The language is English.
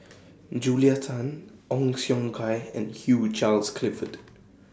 Julia Tan Ong Siong Kai and Hugh Charles Clifford